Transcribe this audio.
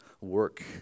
work